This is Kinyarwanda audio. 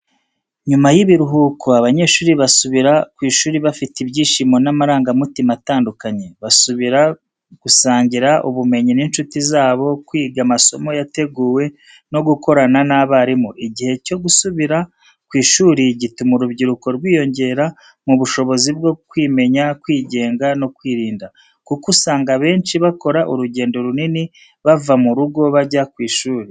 Nyuma y'ibiruhuko, abanyeshuri basubira ku ishuri bafite ibyishimo n’amarangamutima atandukanye. Basubira gusangira ubumenyi n’inshuti zabo, kwiga amasomo yateguwe no gukorana n’abarimu. Igihe cyo gusubira ku ishuri gituma urubyiruko rwiyongera mu bushobozi bwo kwimenya, kwigenga no kwirinda. Kuko usanga benshi bakora urugendo runini bava mu rugo bajya ku ishuri.